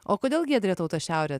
o kodėl giedre tau ta šiaurė